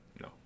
No